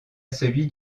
celui